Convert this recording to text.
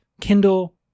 Kindle